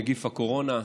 נגיף הקורונה.